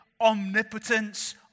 omnipotence